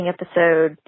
episode